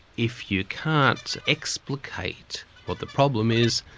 if you can't explicate what the problem is,